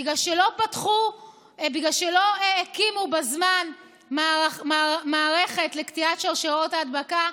בגלל שלא הקימו בזמן מערכת לקטיעת שרשראות ההדבקה,